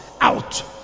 out